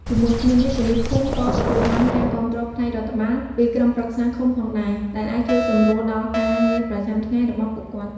ជាមួយគ្នានេះ ប៉ូលីសភូមិក៏ ទទួលបានការគាំទ្រផ្នែករដ្ឋបាល ពីក្រុមប្រឹក្សាឃុំផងដែរ ដែលអាចជួយសម្រួលដល់ការងារប្រចាំថ្ងៃរបស់ពួកគាត់។